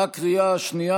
בקריאה השנייה,